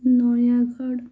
Nayagarh